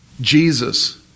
Jesus